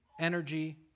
energy